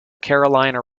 carolina